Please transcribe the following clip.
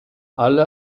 alle